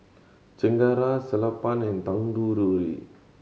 Chengara Sellapan and Tanguturi